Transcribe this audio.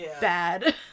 bad